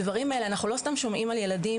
הדברים האלה אנחנו לא סתם שומעים על ילדים